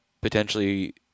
potentially